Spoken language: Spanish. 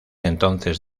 entonces